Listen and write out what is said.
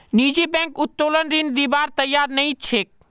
निजी बैंक उत्तोलन ऋण दिबार तैयार नइ छेक